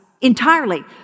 entirely